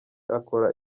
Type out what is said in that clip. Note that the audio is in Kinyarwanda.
akora